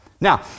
Now